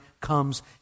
comes